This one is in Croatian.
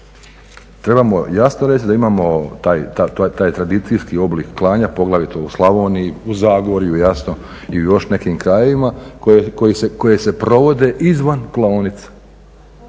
Trebamo jasno reći da imamo taj tradicijski oblik klanja, poglavito u Slavoniji, u Zagorju jasno i u još nekim krajevima koji se provode izvan klaonica.